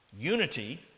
Unity